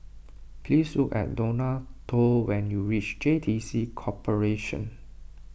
please look at Donato when you reach J T C Corporation